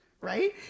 right